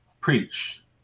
preach